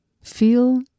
Feel